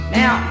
now